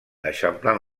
eixamplant